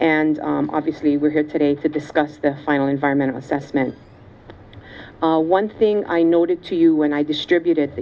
and obviously we're here today to discuss the final environmental assessment one thing i noted to you when i distributed